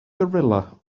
gorilla